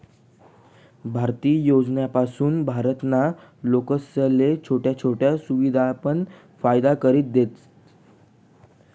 भारतीय योजनासपासून भारत ना लोकेसले छोट्या छोट्या सुविधासनी पण फायदा करि देतस